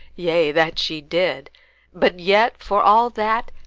yea, that she did but yet, for all that,